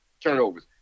Turnovers